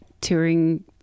touring